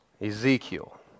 Ezekiel